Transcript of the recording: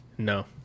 No